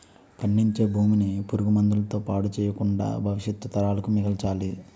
పండించే భూమిని పురుగు మందుల తో పాడు చెయ్యకుండా భవిష్యత్తు తరాలకు మిగల్చాలి